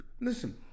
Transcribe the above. listen